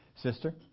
sister